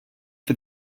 for